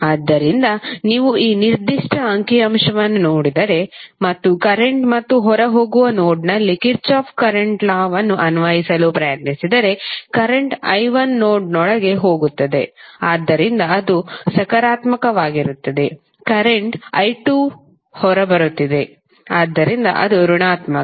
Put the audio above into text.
ಆದ್ದರಿಂದ ನೀವು ಈ ನಿರ್ದಿಷ್ಟ ಅಂಕಿ ಅಂಶವನ್ನು ನೋಡಿದರೆ ಮತ್ತು ಕರೆಂಟ್ ಮತ್ತು ಹೊರಹೋಗುವ ನೋಡ್ನಲ್ಲಿ ಕಿರ್ಚಾಫ್ನ ಕರೆಂಟ್ ಲಾKirchhoff's current law ವನ್ನು ಅನ್ವಯಿಸಲು ಪ್ರಯತ್ನಿಸಿದರೆ ಕರೆಂಟ್ i1 ನೋಡ್ನೊಳಗೆ ಹೋಗುತ್ತದೆ ಆದ್ದರಿಂದ ಅದು ಸಕಾರಾತ್ಮಕವಾಗಿರುತ್ತದೆ ಕರೆಂಟ್ i2 ಹೊರಬರುತ್ತಿದೆ ಆದ್ದರಿಂದ ಅದು ಋಣಾತ್ಮಕ